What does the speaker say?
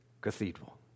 Cathedral